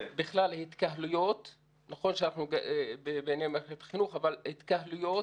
נכון, שאנחנו בעניין מערכת החינוך, אבל התקהלויות,